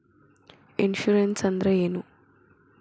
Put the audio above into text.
Insurance ಅಂದ್ರ ಏನು?